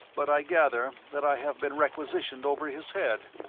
but i gather that i have been requisitioned over his head.